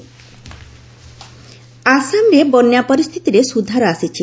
Assam flood ଆସାମରେ ବନ୍ୟା ପରିସ୍ଥିତିରେ ସୁଧାର ଆସିଛି